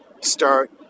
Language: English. start